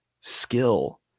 skill